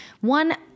one